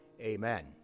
Amen